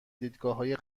دیدگاههای